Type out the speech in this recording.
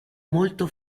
molto